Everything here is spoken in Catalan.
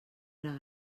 era